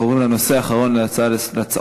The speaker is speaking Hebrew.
אנחנו עוברים לנושא האחרון בסדר-היום,